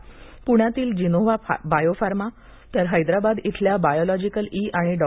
प्ण्यातली जीनोव्हा बायोफार्मा तर हैदराबाद इथल्या बायोलॉजिकल ई आणि डॉ